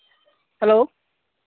hello